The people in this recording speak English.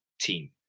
team